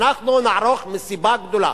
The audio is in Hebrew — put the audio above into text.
אנחנו נערוך מסיבה גדולה.